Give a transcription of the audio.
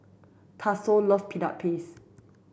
Tatsuo love peanut paste